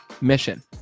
mission